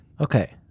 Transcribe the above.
Okay